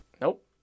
Nope